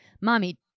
mommy